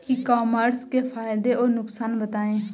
ई commerce के फायदे और नुकसान बताएँ?